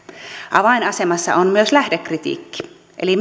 avainasemassa on myös lähdekritiikki eli